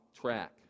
track